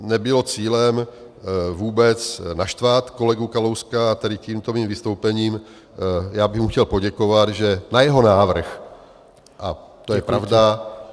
Nebylo cílem vůbec naštvat kolegu Kalouska, a tedy tímto mým vystoupením já bych mu chtěl poděkovat, že na jeho návrh, a to je pravda...